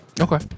Okay